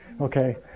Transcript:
Okay